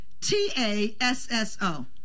T-A-S-S-O